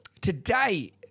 today